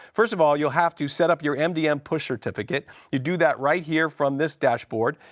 first of all, you'll have to set up your mdm push certificate. you do that right here from this dashboard.